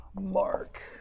Mark